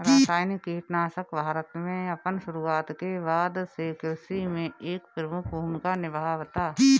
रासायनिक कीटनाशक भारत में अपन शुरुआत के बाद से कृषि में एक प्रमुख भूमिका निभावता